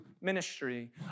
ministry